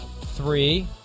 three